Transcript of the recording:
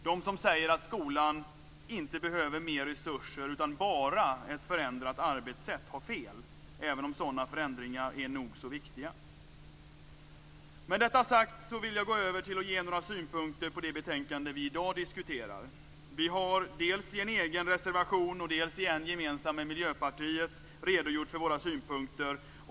De som säger att skolan inte behöver mer resurser utan bara ett förändrat arbetssätt har fel, även om sådana förändringar är nog så viktiga. När detta är sagt vill jag gå över till att ge några synpunkter på det betänkande som vi i dag diskuterar. Vi har dels i en egen reservation, dels i en med Miljöpartiet gemensam reservation redogjort för våra synpunkter.